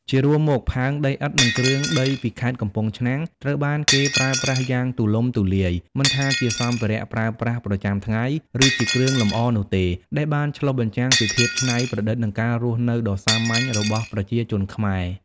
ជារួមមកផើងដីឥដ្ឋ និងគ្រឿងដីពីខេត្តកំពង់ឆ្នាំងត្រូវបានគេប្រើប្រាស់យ៉ាងទូលំទូលាយ មិនថាជាសម្ភារៈប្រើប្រាស់ប្រចាំថ្ងៃ ឬជាគ្រឿងលម្អនោះទេ ដែលបានឆ្លុះបញ្ចាំងពីភាពច្នៃប្រឌិត និងការរស់នៅដ៏សាមញ្ញរបស់ប្រជាជនខ្មែរ។